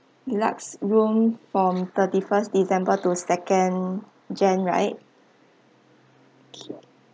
deluxe room from thirty first december to second jan~ right okay